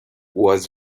was